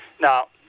Now